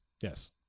Yes